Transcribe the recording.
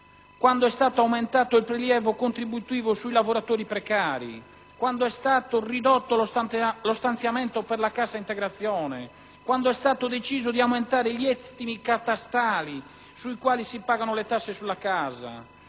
quando è stato aumentato il prelievo contributivo sui lavoratori precari, quando è stato ridotto lo stanziamento per la cassa integrazione, quando è stato deciso di aumentare gli estimi catastali, sui quali si pagano le tasse sulla casa,